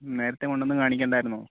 നേരത്തെ കൊണ്ടു വന്നു കാണിക്കേണ്ടായിരുന്നോ